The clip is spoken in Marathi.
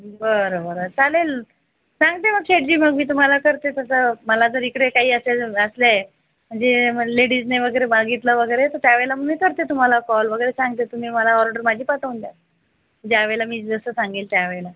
बरं बरं चालेल सांगते मग शेटजी मग मी तुम्हाला करते तसं मला जर इकडे काही असेल असले म्हणजे लेडीजनी वगैरे मागितलं वगैरे तर त्यावेळेला मी करते तुम्हाला कॉल वगैरे सांगते तुम्ही मला ऑर्डर माझी पाठवून द्या ज्या वेळेला मी जसं सांगील त्या वेळेला